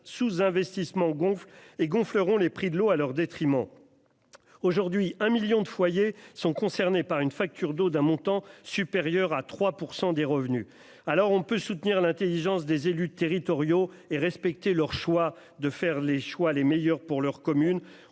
sous-investissement gonflent et gonfleront les prix de l'eau au détriment des usagers. Aujourd'hui, 1 million de foyers sont déjà concernés par une facture d'eau d'un montant supérieur à 3 % de leurs revenus. Si l'on peut soutenir l'intelligence des élus territoriaux et respecter leur faculté de faire les meilleurs choix pour leur commune,